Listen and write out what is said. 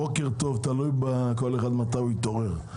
בוקר טוב תלוי כל אחד מתי הוא התעורר.